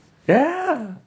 ya